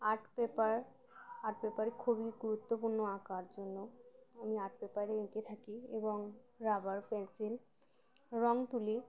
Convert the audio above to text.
art paper art পেপারে খুবই গুরুত্বপূর্ণ আঁকার জন্য আমি আর্ট পেপারে এঁকে থাকি এবং রাবার পেনসিল রঙ তুলি